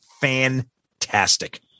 fantastic